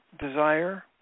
desire